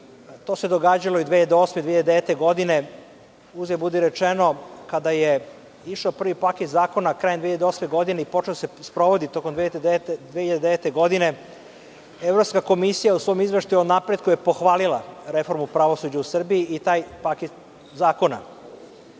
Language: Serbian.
To se događalo i 2008, 2009. godine. Uzgred budi rečeno, kada je išao prvi paket zakona krajem 2008. godine i počeo da se sprovodi tokom 2009. godine, Evropska komisija u svom izveštaju o napretku je pohvalila reformu pravosuđa u Srbiji i taj paket zakona. Potom,